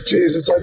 Jesus